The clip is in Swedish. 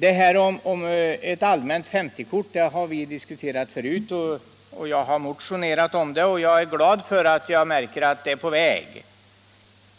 Frågan om ett allmänt 50-kort har vi diskuterat förut. Jag har också motionerat om ett sådant, och jag är glad när jag nu märker att det är på väg.